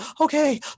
okay